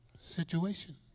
situation